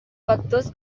factors